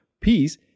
peace